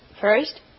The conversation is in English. First